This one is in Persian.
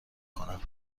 کنم